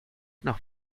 nach